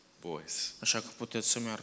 boys